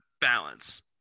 balance